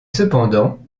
cependant